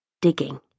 digging